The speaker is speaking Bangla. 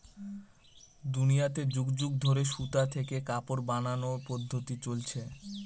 দুনিয়াতে যুগ যুগ ধরে সুতা থেকে কাপড় বানানোর পদ্ধপ্তি চলছে